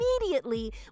immediately